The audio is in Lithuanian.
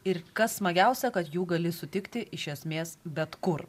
ir kas smagiausia kad jų gali sutikti iš esmės bet kur